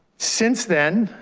since then,